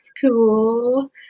cool